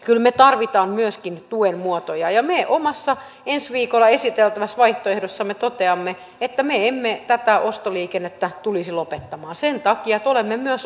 kyllä me tarvitsemme myöskin tuen muotoja ja me omassa ensi viikolla esiteltävässä vaihtoehdossamme toteamme että me emme tätä ostoliikennettä tulisi lopettamaan sen takia että olemme myös oppineet